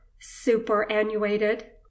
superannuated